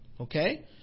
Okay